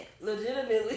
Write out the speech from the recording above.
Legitimately